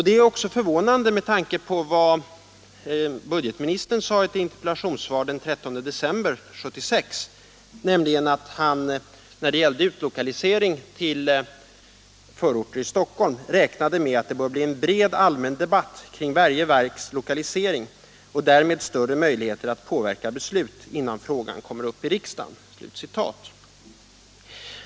Det är förvånande med tanke på vad budgetministern sade i ett interpellationssvar den 13 december 1976 om utlokalisering av verk till förorter i Stockholm, nämligen att han räknade med ”att det bör bli en bred allmän debatt kring varje verks lokalisering och därmed större möjligheter att påverka ett beslut innan frågan kommer upp i riksdagen”.